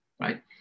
right